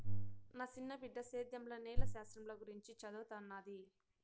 నా సిన్న బిడ్డ సేద్యంల నేల శాస్త్రంల గురించి చదవతన్నాది